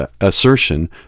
assertion